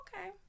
okay